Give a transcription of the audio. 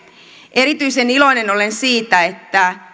erityisen iloinen olen siitä että